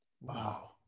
Wow